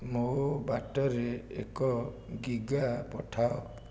ମୋ ବାଟରେ ଏକ ଗିଗା ପଠାଅ